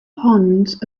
ponds